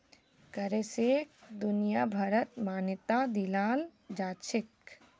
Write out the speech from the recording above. करेंसीक दुनियाभरत मान्यता दियाल जाछेक